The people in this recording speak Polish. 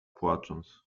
płacząc